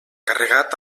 carregat